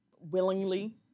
willingly